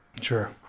Sure